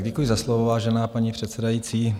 Děkuji za slovo, vážená paní předsedající.